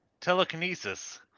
telekinesis